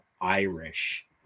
Irish